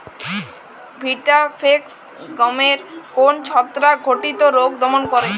Vitavax গমের কোন ছত্রাক ঘটিত রোগ দমন করে?